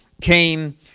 came